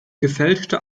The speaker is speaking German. gefälschte